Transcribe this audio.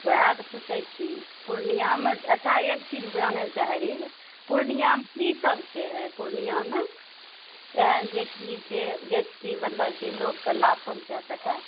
ओएह तऽ पूछए छी पूर्णियामे अच्छा एक चीज जाने लए चाहैए रही पूर्णियामे की सब छै पूर्णियामे एहन जे की जैसे की मतलब की लोकके लाभ पहुँचा सकए